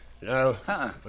No